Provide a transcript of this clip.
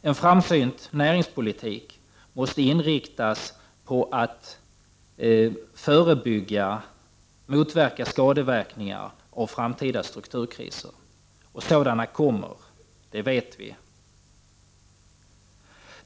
En framsynt näringspolitik måste inriktas på att motverka skadeverkningar av framtida strukturkriser. Sådana kommer, det vet vi.